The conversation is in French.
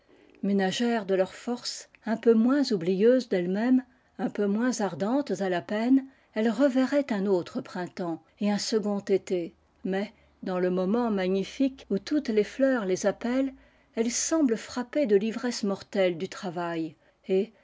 abeilles leurs forces un peu moins oublieuses d'ellesmêmes un peu moins ardentes à la peine elles reverraient un autre printemps et un second été mais dans le moment magnifique où toutes les fleurs les appellent elles semblent frappées de l'ivresse mortelle du travail et